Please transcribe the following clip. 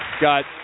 Got